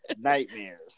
nightmares